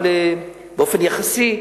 באופן יחסי,